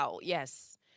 yes